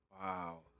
Wow